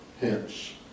hence